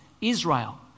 Israel